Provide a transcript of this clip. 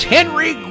Henry